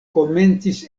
komencis